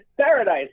Paradise